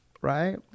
right